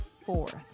Fourth